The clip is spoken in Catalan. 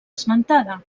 esmentada